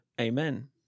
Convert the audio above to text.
Amen